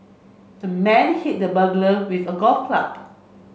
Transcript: the man hit the burglar with a golf club